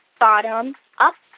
bottom, up,